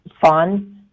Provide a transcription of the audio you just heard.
fun